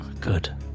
Good